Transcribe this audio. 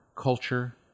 culture